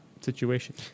situation